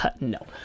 No